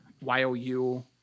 Y-O-U